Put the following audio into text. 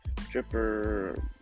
stripper